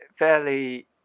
fairly